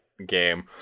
game